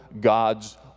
God's